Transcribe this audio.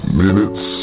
minutes